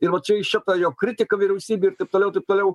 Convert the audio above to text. ir va čia iš čia ta jo kritika vyriausybei ir taip toliau taip toliau